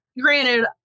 granted